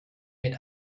mit